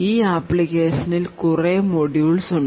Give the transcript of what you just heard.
ഈ അപ്പ്ളികേഷനിൽ കുറെ modulels ഉണ്ട്